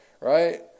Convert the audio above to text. right